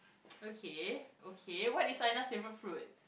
okay okay what is Anna's favourite fruit